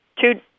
two